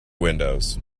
windows